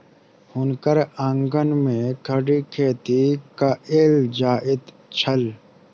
हुनकर आंगन में खड़ी खेती कएल जाइत छल